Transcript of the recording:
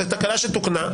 זה תקלה שתוקנה,